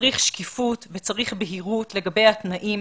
צריך שקיפות וצריך בהירות לגבי התנאים.